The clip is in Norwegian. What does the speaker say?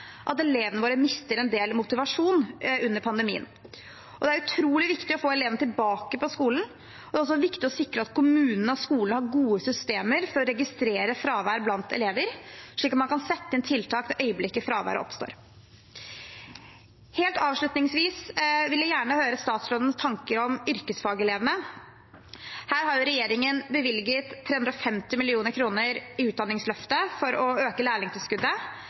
at elevene våre mister en del motivasjon under pandemien. Det er utrolig viktig å få elevene tilbake på skolen. Det er også viktig å sikre at kommunene og skolene har gode systemer for å registrere fravær blant elever, slik at man kan sette inn tiltak det øyeblikket fraværet oppstår. Helt avslutningsvis vil jeg gjerne høre statsrådens tanker om yrkesfagelevene. Her har regjeringen bevilget 350 mill. kr i Utdanningsløftet for å øke lærlingtilskuddet.